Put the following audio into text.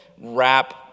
rap